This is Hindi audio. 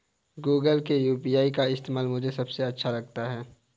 गूगल पे यू.पी.आई का इंटरफेस मुझे सबसे अच्छा लगता है